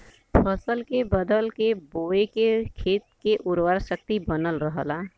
फसल के बदल के बोये से खेत के उर्वरा शक्ति बनल रहला